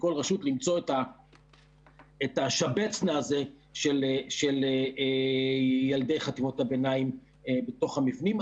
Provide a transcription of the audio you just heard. בכל רשות למצוא את השבץ-נא הזה של ילדי חטיבות הביניים בתוך המבנים.